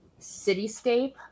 cityscape